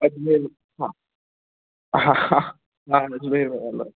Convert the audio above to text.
अजमेर हा हा हा मां अजमेर में रहंदो आहियां